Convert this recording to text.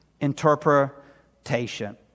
interpretation